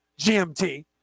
GMT